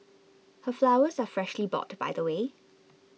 her flowers are freshly bought by the way